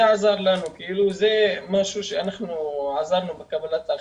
זה עזר לנו, וזה משהו שהיינו שותפים לקבלת ההחלטה,